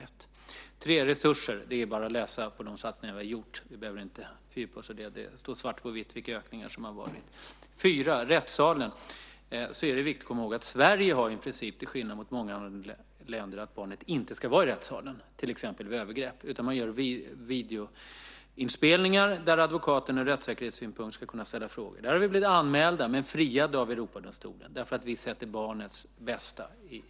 När det gäller resurser är det bara att läsa om de satsningar som vi har gjort. Vi behöver inte fördjupa oss i det. Det står svart på vitt vilka ökningar som har varit. 4. När det gäller rättssalen är det viktigt att komma ihåg att Sverige, till skillnad mot många andra länder, har principen att barn inte ska vara i rättssalen till exempel när det gäller övergrepp. Man gör i stället videoinspelningar där advokaten ur rättssäkerhetssynpunkt ska kunna ställa frågor. För det har vi blivit anmälda, men friade av Europadomstolen därför att vi sätter barnets bästa i